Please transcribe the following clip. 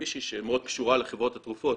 מישהי שמאוד קשורה לחברות התרופות